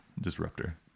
Disruptor